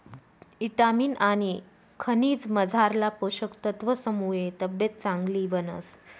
ईटामिन आनी खनिजमझारला पोषक तत्वसमुये तब्येत चांगली बनस